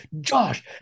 Josh